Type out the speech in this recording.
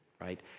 right